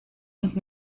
und